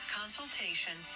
consultation